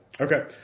Okay